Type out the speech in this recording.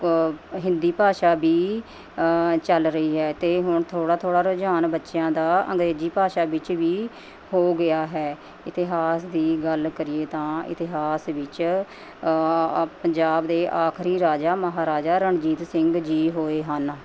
ਹਿੰਦੀ ਭਾਸ਼ਾ ਵੀ ਚੱਲ ਰਹੀ ਹੈ ਅਤੇ ਹੁਣ ਥੋੜ੍ਹਾ ਥੋੜ੍ਹਾ ਰੁਝਾਨ ਬੱਚਿਆਂ ਦਾ ਅੰਗਰੇਜ਼ੀ ਭਾਸ਼ਾ ਵਿੱਚ ਵੀ ਹੋ ਗਿਆ ਹੈ ਇਤਿਹਾਸ ਦੀ ਗੱਲ ਕਰੀਏ ਤਾਂ ਇਤਿਹਾਸ ਵਿੱਚ ਪੰਜਾਬ ਦੇ ਆਖਰੀ ਰਾਜਾ ਮਹਾਰਾਜਾ ਰਣਜੀਤ ਸਿੰਘ ਜੀ ਹੋਏ ਹਨ